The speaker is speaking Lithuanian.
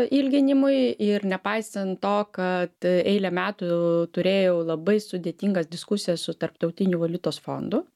ilginimui ir nepaisant to kad eilę metų turėjau labai sudėtingas diskusijas su tarptautiniu valiutos fondu